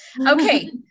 Okay